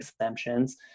exemptions